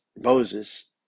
Moses